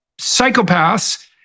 psychopaths